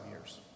years